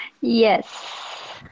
Yes